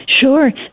sure